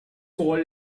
called